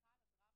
וסליחה על הדרמה,